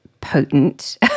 potent